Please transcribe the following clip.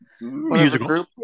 Musical